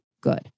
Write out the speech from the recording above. good